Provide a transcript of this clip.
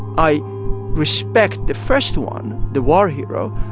i respect the first one, the war hero.